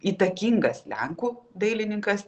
įtakingas lenkų dailininkas